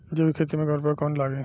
जैविक खेती मे उर्वरक कौन लागी?